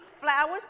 flowers